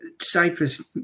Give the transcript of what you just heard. Cyprus